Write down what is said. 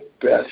best